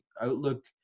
outlook